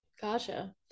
Gotcha